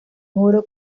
oro